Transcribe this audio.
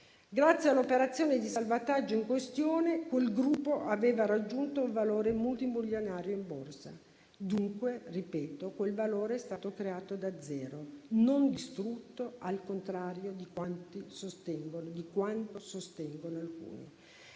Grazie all'operazione di salvataggio in questione, quel gruppo aveva raggiunto un valore multimilionario in borsa. Dunque - ripeto - quel valore è stato creato da zero e non distrutto, al contrario di quanto sostengono alcuni.